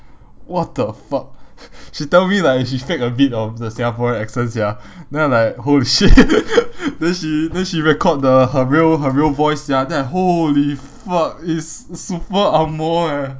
what the fuck she tell me like she fake a bit of the singaporean accent sia then I'm like holy shit then she then she record the her real her real voice sia then I holy fuck it's super angmoh eh